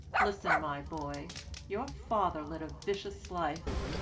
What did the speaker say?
listen, my boy your father led a vicious life